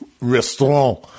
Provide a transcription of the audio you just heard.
restaurant